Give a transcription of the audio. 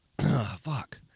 Fuck